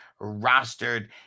rostered